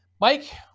Mike